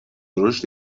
رشد